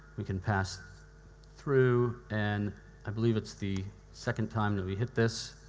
we can pass through, and i believe it's the second time that we hit this.